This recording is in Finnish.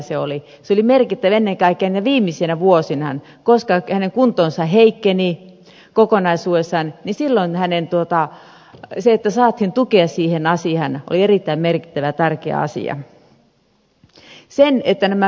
se oli merkittävä ennen kaikkea niinä viimeisinä vuosina koska hänen kuntonsa heikkeni kokonaisuudessaan ja silloin se että saatiin tukea siihen asiaan oli erittäin merkittävä ja tärkeä asia